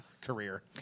career